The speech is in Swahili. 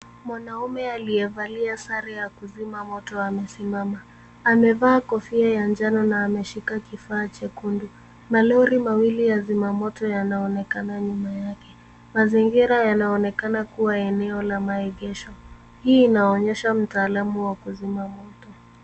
Mwanaume aliyevalia sare ya kuzima moto amesimama. Amevaa kofia ya njano na ameshika kifaa chekundu. Malori mawili ya zimamoto yanayoonekana nyuma yake. Mazingira yanaonekana kuwa eneo la maegesho, hii inaonyesha utaalamu wa kuzima moto.